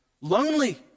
lonely